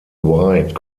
white